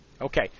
Okay